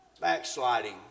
Backsliding